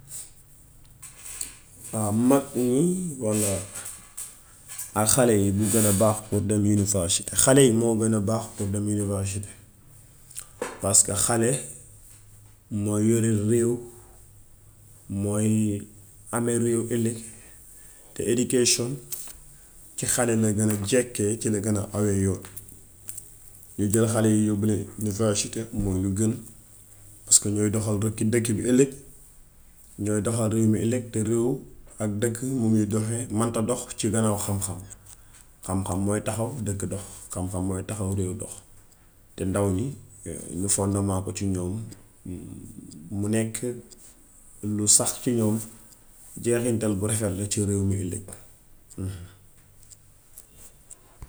Waaw mag ñi walla ak xale yi bu gën a baax pour dem univasity. Xale moo gën a baax pour dem univasity paska xale mooy yore réew. Mooy ame réew ëllëg, te education ci xale la gën a jekkee, ci la gën a hawee yoon, ñu jël xale yi yóbbu leen univasity moo gën paska ñooy doxal rokki dëkk bi ëllëg, ñooy doxal réew mi ëllëg te réew ak dëkk ni muy doxee mënta dox ci dalaw xam-xam. Xam-xam mooy taxaw dëkk dox. Xam-xam mooy taxaw réew dox, te ndaw ñi ñu fondement ko ci ñoom, mu nekk lu sax ci ñoom, jeexintal bu rafet la ci réew m ëllëg.